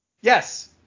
Yes